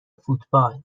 فوتبال